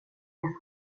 det